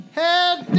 head